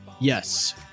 Yes